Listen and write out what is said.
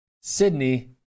Sydney